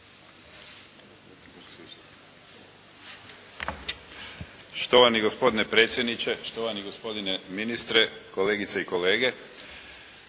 Štovani gospodine predsjedniče, štovani gospodine ministre, kolegice i kolege.